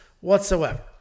whatsoever